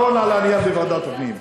תחזרי לדיון האחרון על העלייה בוועדת הפנים.